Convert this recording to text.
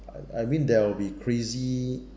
I I mean there will be crazy